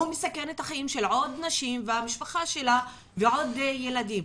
הוא מסכן את החיים של עוד נשים והמשפחה שלה ועוד ילדים.